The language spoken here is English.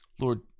Lord